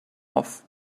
off